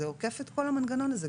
זה עוקף את כל המנגנון הזה,